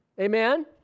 Amen